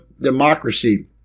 Democracy